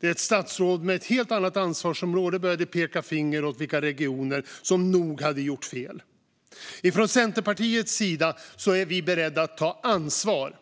Där började ett statsråd med ett helt annat ansvarsområde peka ut vilka regioner som nog hade gjort fel. Från Centerpartiets sida är vi beredda att ta ansvar.